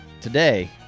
today